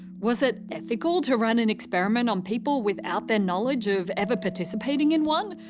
was it ethical to run an experiment on people without their knowledge of ever participating in one?